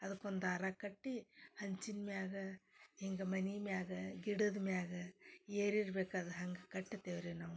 ಅದುಕೊಂದು ದಾರ ಕಟ್ಟಿ ಹಂಚಿನ ಮ್ಯಾಲ ಹಿಂಗೆ ಮನೆ ಮ್ಯಾಲ ಗಿಡದ ಮ್ಯಾಲ ಏರಿರ್ಬೇಕು ಅದು ಹಂಗೆ ಕಟ್ಟತೇವೆ ನಾವು